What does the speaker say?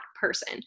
person